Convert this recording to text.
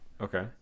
Okay